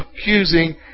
accusing